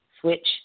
switch